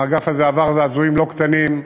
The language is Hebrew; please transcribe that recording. האגף הזה עבר זעזועים לא קטנים,